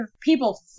people